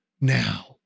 now